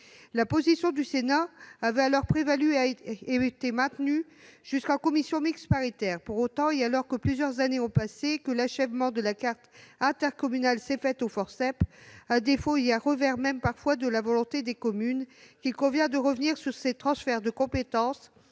La position du Sénat avait alors prévalu et été maintenue jusqu'en commission mixte paritaire. Pour autant, alors que plusieurs années ont passé et que l'achèvement de la carte intercommunale s'est fait au forceps, à défaut et parfois même à revers de la volonté des communes, il convient de revenir sur ces transferts de compétences